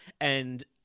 And-